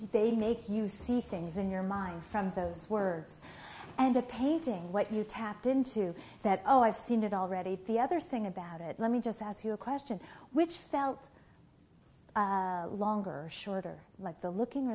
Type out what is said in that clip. they make you see things in your mind from those words and a painting what you tapped into that oh i've seen it already the other thing about it let me just ask you a question which felt longer shorter like the looking